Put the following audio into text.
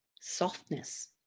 softness